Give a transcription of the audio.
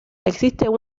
existen